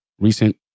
recent